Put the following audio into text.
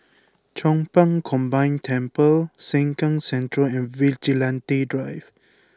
Chong Pang Combined Temple Sengkang Central and Vigilante Drive